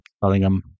Bellingham